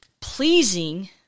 pleasing